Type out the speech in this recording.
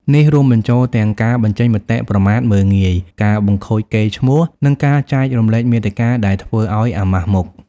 នេះរួមបញ្ចូលទាំង ការបញ្ចេញមតិប្រមាថមើលងាយ ការ បង្ខូចកេរ្តិ៍ឈ្មោះ និងការ ចែករំលែកមាតិកាដែលធ្វើឲ្យអាម៉ាស់មុខ។